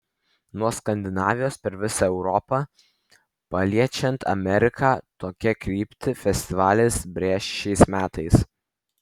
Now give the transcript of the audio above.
nuo skandinavijos per visą europą paliečiant ameriką tokią kryptį festivalis brėš šiais metais